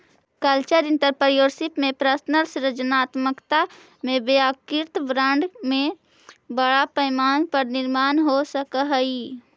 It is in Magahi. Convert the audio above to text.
कल्चरल एंटरप्रेन्योरशिप में पर्सनल सृजनात्मकता के वैयक्तिक ब्रांड के बड़ा पैमाना पर निर्माण हो सकऽ हई